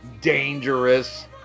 dangerous